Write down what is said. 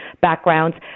backgrounds